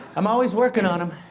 i'm always working on them.